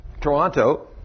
Toronto